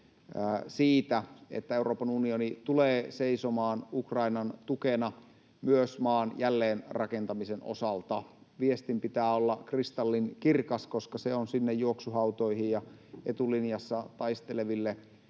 siitä, että Euroopan unioni tulee seisomaan Ukrainan tukena myös maan jälleenrakentamisen osalta. Viestin pitää olla kristallinkirkas, koska se on sinne juoksuhautoihin ja etulinjassa taisteleville